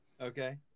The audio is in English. okay